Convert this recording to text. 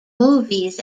movies